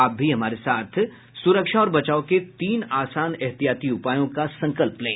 आप भी हमारे साथ सुरक्षा और बचाव के तीन आसान एहतियाती उपायों का संकल्प लें